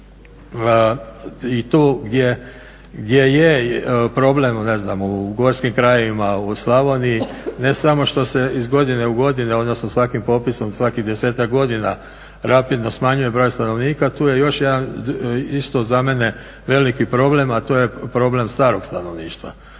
i tu gdje je problem ne znam u gorskim krajevima u Slavoniji ne samo što se iz godine u godinu odnosno svakim popisom svakih desetak godina rapidno smanjuje broj stanovnika tu je još jedan isto za mene veliki problem, a to je problem starog stanovništva.